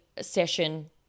session